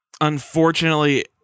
Unfortunately